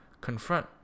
confront